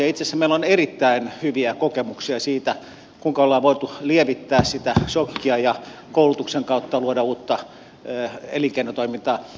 itse asiassa meillä on erittäin hyviä kokemuksia siitä kuinka ollaan voitu lievittää sitä sokkia ja koulutuksen kautta luoda uutta elinkeinotoimintaa